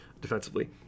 defensively